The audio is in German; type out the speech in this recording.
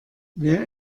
wer